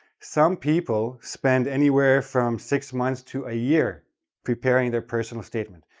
some people spend anywhere from six months to a year preparing their personal statement.